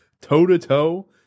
toe-to-toe